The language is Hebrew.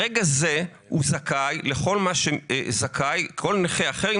ברגע זה הוא זכאי לכל מה שזכאי כל נכה אחר עם